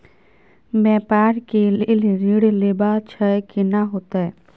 व्यापार के लेल ऋण लेबा छै केना होतै?